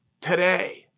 today